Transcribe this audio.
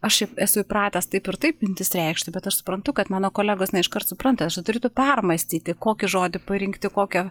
aš esu įpratęs taip ir taip mintis reikšti bet aš suprantu kad mano kolegos ne iškart supranta aš tada turiu tu permąstyti kokį žodį parinkti kokią